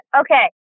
Okay